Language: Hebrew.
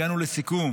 הגענו לסיכום